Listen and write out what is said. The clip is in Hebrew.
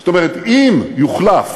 זאת אומרת, אם תוחלף